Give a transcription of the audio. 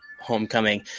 homecoming